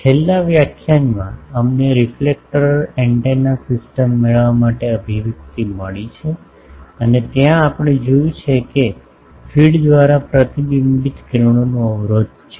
છેલ્લા વ્યાખ્યાનમાં અમને રિફ્લેક્ટર એન્ટેના સિસ્ટમ મેળવવા માટે અભિવ્યક્તિ મળી છે અને ત્યાં આપણે જોયું છે કે ફીડ દ્વારા પ્રતિબિંબિત કિરણોનું અવરોધ છે